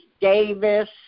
Davis